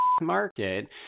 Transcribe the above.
market